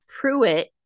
Pruitt